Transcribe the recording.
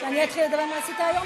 גברתי היושבת-ראש,